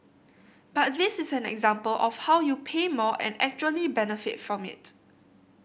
but this is an example of how you pay more and actually benefit from it